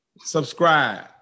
subscribe